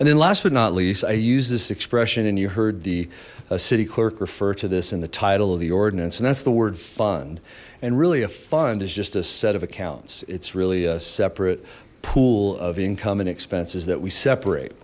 and then last but not least i use this expression and you heard the city clerk refer to this in the title of the ordinance and that's the word fund and really a fund is just a set of accounts it's really a separate pool of income and expenses that we separate